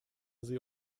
sie